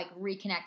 reconnect